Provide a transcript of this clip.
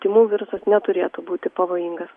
tymų virusas neturėtų būti pavojingas